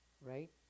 Right